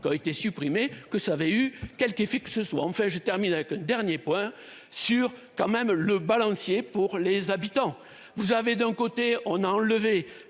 correct et supprimer que ça avait eu quelque effet que ce soit enfin je termine avec le dernier point sur quand même le balancier pour les habitants. Vous avez d'un côté on a enlevé